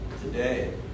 today